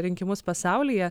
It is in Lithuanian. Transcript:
rinkimus pasaulyje